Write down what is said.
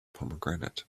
pomegranate